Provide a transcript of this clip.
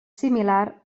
similar